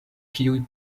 kiuj